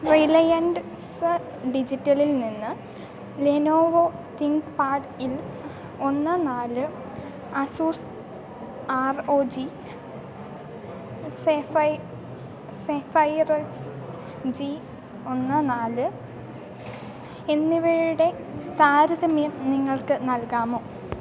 റിലയന്സ് ഡിജിറ്റലിൽ നിന്ന് Lenovo think പാഡില് ഒന്ന് നാല് അസൂസ് ആർ ഒ ജി എസ് എ ഫൈ എസ് എ ഫയിറെക്സ് ജി ഒന്ന് നാല് എന്നിവയുടെ താരതമ്യം നിങ്ങൾക്കു നൽകാമോ